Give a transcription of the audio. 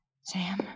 Sam